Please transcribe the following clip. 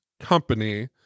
company